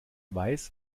weiß